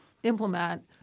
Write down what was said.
implement